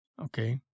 Okay